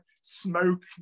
smoke